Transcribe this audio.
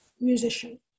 musician